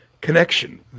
connection